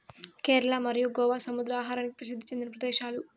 కేరళ మరియు గోవా సముద్ర ఆహారానికి ప్రసిద్ది చెందిన ప్రదేశాలు